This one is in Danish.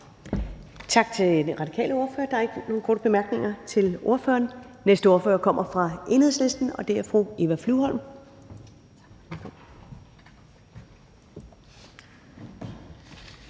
Tak til hr. Karsten Hønge. Der er ikke flere korte bemærkninger til ordføreren. Den næste ordfører kommer fra Enhedslisten, og det er fru Jette